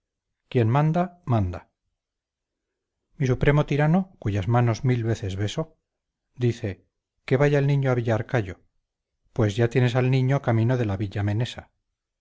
quien manda manda mi supremo tirano cuyas manos mil veces beso dice que vaya el niño a villarcayo pues ya tienes al niño camino de la villa menesa